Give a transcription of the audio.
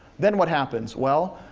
then what happens? well,